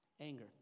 Anger